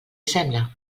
sembla